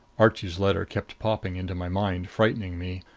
archie's letter kept popping into my mind, frightening me.